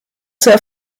sehr